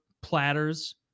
platters